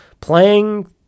playing